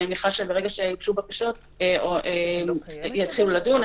אני מניחה שברגע שיוגשו בקשות יתחילו לדון.